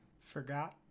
forgot